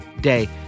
day